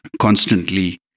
constantly